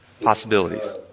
Possibilities